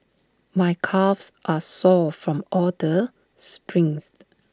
my calves are sore from all the sprints